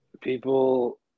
People